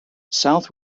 south